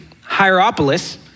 Hierapolis